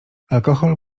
alkohol